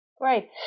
Great